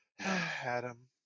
Adam